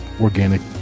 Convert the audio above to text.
organic